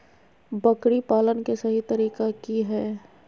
बकरी पालन के सही तरीका की हय?